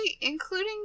including